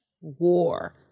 War